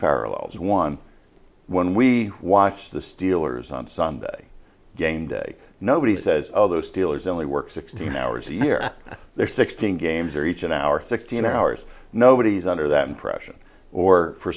parallels one when we watch the steelers on sunday game day nobody says all those dealers only work sixteen hours a year they're sixteen games are each an hour sixteen hours nobody's under that impression or for